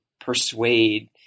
persuade